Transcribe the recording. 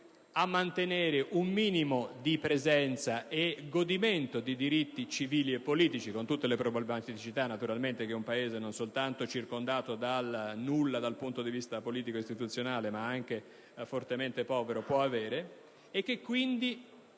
nazionali ed un minimo di presenza e di godimento di diritti civili e politici, con tutte le problematicità che può avere un Paese non soltanto circondato dal nulla dal punto di vista politico-istituzionale ma anche fortemente povero. Tale zona, quindi,